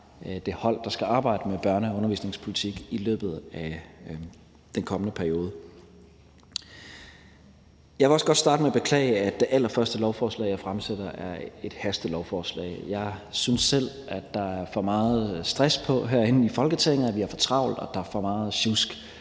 det hold, der skal arbejde med børne- og undervisningspolitik i den kommende periode. Jeg vil også godt starte med at beklage, at det allerførste lovforslag, jeg fremsætter, er et hastelovforslag. Jeg synes selv, at der er for meget stress på herinde i Folketinget, at vi har for travlt, og at der er for meget sjusk,